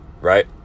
Right